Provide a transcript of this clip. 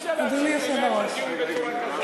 אי-אפשר להמשיך לנהל את הדיון בצורה כזאת,